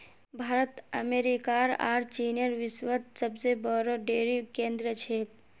भारत अमेरिकार आर चीनेर विश्वत सबसे बोरो डेरी केंद्र छेक